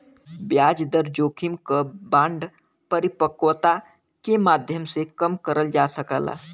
ब्याज दर जोखिम क बांड परिपक्वता के माध्यम से कम करल जा सकला